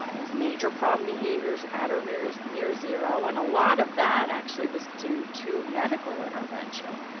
has major problem behaviors at or near near zero and a lot of that actually was due to medical intervention.